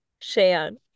shan